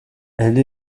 elle